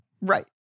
Right